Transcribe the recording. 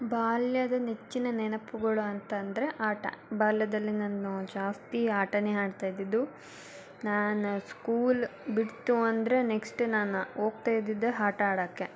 ಬಾಲ್ಯದ ನೆಚ್ಚಿನ ನೆನಪುಗಳು ಅಂತಂದರೆ ಆಟ ಬಾಲ್ಯದಲ್ಲಿ ನಾನು ಜಾಸ್ತಿ ಆಟಾನೇ ಆಡ್ತಾ ಇದ್ದಿದ್ದು ನಾನು ಸ್ಕೂಲ್ ಬಿಡ್ತು ಅಂದರೆ ನೆಕ್ಸ್ಟ್ ನಾನು ಹೋಗ್ತಾ ಇದ್ದಿದ್ದೇ ಆಟ ಆಡೋಕ್ಕೆ